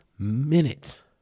minutes